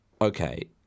okay